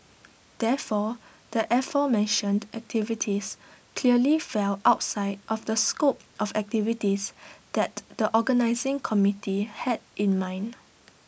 therefore the aforementioned activities clearly fell outside of the scope of activities that the organising committee had in mind